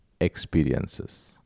experiences